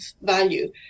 value